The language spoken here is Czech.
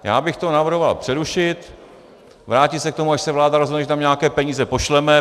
Já bych to navrhoval přerušit, vrátit se k tomu, až se vláda rozhodne, že tam nějaké peníze pošleme.